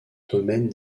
domaine